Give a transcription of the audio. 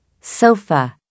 sofa